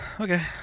Okay